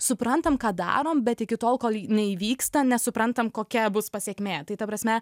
suprantam ką darom bet iki tol kol neįvyksta nesuprantam kokia bus pasekmė tai ta prasme